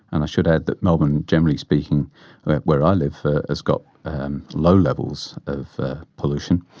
and i should add that melbourne generally speaking where i live has got low levels of pollution,